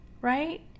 right